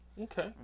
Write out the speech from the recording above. Okay